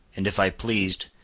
and if i pleased,